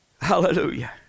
hallelujah